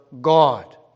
God